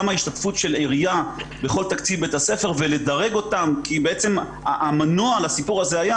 ההשתתפות של העירייה בכל בית ספר ולדרג אותן כי המנוע לסיפור הזה היה